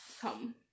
come